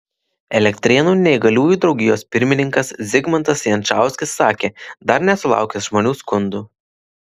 elektrėnų neįgaliųjų draugijos pirmininkas zigmantas jančauskis sakė dar nesulaukęs žmonių skundų